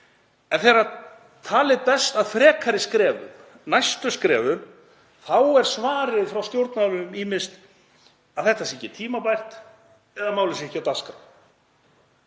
En þegar talið berst að frekari skrefum, næstu skrefum, þá er svarið frá stjórnvöldum ýmist að þetta sé ekki tímabært eða að málið sé ekki á dagskrá.